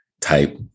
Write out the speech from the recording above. type